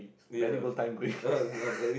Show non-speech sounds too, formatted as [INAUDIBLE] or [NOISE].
belly bow tie [LAUGHS]